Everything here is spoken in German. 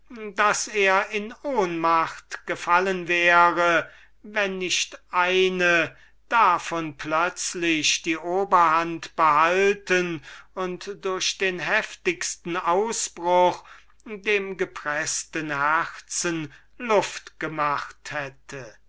daß er in ohnmacht gefallen wäre wenn nicht eine davon plötzlich die oberhand behalten und durch den heftigsten ausbruch dem gepreßten herzen luft gemacht hätte